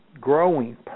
growing